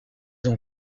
ont